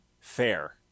Fair